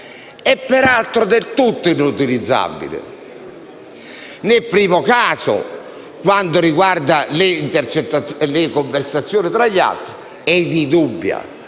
è del tutto inutilizzabile. Nel primo caso, quando riguarda le conversazioni tra gli altri, e nel